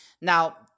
Now